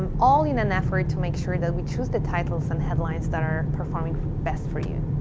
um all in an effort to make sure that we choose the titles and headlines that are performing best for you.